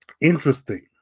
interesting